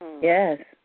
Yes